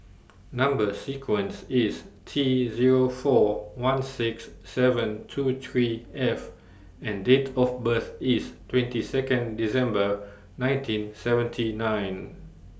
Number sequence IS T Zero four one six seven two three F and Date of birth IS twenty Second December nineteen seventy nine